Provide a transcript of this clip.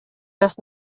must